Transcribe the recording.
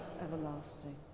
everlasting